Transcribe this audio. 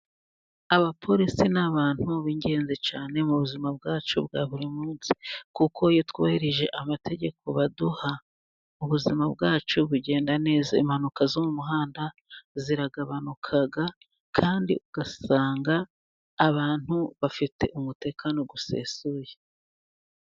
Aba police n'abantu bingenzi cyane mubuzima bwacubwa burimunsi kuko iyo twubahirije amategeko baduha ubuzima bwacu bugenda neza , imanuka zomumuhanda ziragabanuka Kandi usanga abantu bafite umutekano usesuye.